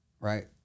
right